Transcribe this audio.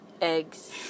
eggs